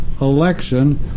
election